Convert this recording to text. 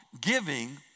giving